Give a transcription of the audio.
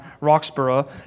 Roxborough